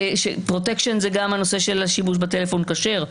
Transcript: פרוטקשן זה גם הנושא של השימוש בטלפון כשר,